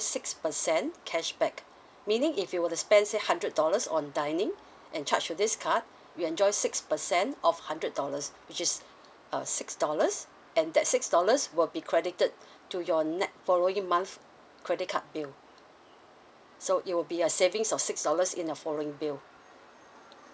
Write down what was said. six percent cashback meaning if you were to spend let say hundred dollars on dining and charge for this card you enjoy six percent of hundred dollars which is uh six dollars and that six dollars will be credited to your next following month credit card bill so it will be a savings or six dollars in the following bill